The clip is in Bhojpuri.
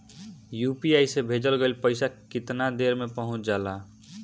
यू.पी.आई से भेजल गईल पईसा कितना देर में पहुंच जाला?